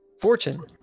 Fortune